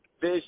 fish